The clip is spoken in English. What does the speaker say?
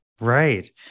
Right